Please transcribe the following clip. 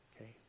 Okay